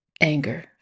anger